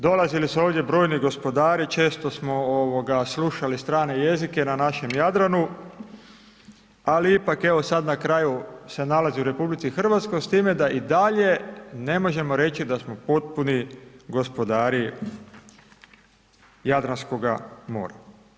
Dolazili su ovdje brojni gospodari, često smo slušali strane jezike na našem Jadranu, ali ipak evo sad na kraju se nalazi u RH s time da i dalje ne možemo reći da smo potpuni gospodari Jadranskoga mora.